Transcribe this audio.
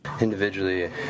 Individually